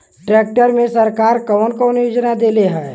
Tractor मे सरकार कवन योजना देले हैं?